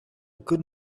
good